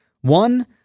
One